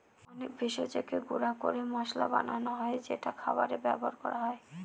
অনেক ভেষজকে গুঁড়া করে মসলা বানানো হয় যেটা খাবারে ব্যবহার করা হয়